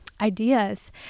ideas